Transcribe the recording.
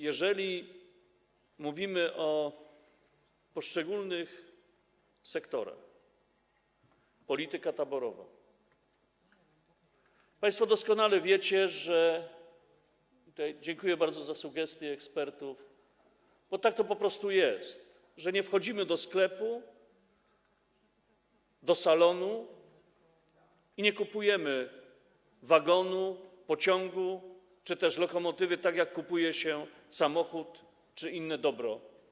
Jeżeli mówimy o poszczególnych sektorach, polityce taborowej, to państwo doskonale wiecie - tutaj bardzo dziękuję za sugestie ekspertów - tak to po prostu jest, że nie wchodzimy do sklepu, do salonu i nie kupujemy wagonu, pociągu czy też lokomotywy, tak jak kupuje się samochód czy inne dobro.